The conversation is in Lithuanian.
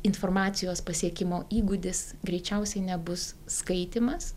informacijos pasiekimo įgūdis greičiausiai nebus skaitymas